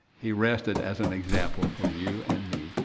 he rested as an example for you and me,